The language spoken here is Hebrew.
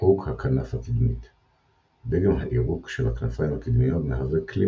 עירוק הכנף הקדמית – דגם העירוק של הכנפיים הקדמיות מהווה כלי